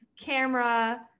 camera